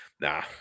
nah